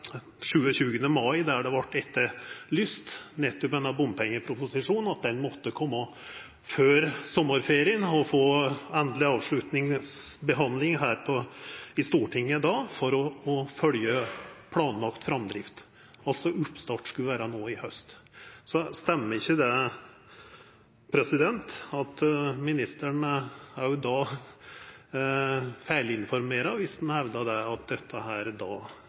28. mai, der nettopp denne bompengeproposisjonen vart etterlyst – at han måtte koma før sommarferien og få endeleg avslutningsbehandling her i Stortinget då, for å følgja planlagd framdrift. Oppstarten skulle altså vera no i haust. Stemmer det ikkje at ministeren feilinformerer viss han hevdar at dette